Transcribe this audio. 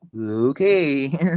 Okay